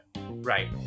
Right